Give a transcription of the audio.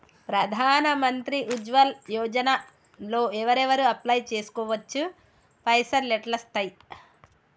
ప్రధాన మంత్రి ఉజ్వల్ యోజన లో ఎవరెవరు అప్లయ్ చేస్కోవచ్చు? పైసల్ ఎట్లస్తయి?